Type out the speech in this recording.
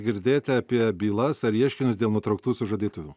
girdėti apie bylas ar ieškinius dėl nutrauktų sužadėtuvių